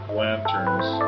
lanterns